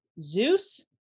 zeus